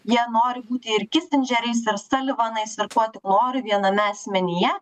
jie nori būti ir kisindžeriais ir stalivanais ir kuo tik nori viename asmenyje